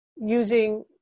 using